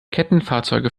kettenfahrzeuge